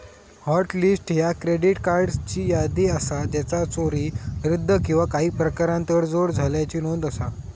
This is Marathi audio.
हॉट लिस्ट ह्या क्रेडिट कार्ड्सची यादी असा ज्याचा चोरी, रद्द किंवा काही प्रकारान तडजोड झाल्याची नोंद असा